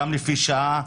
גם לפי שעה,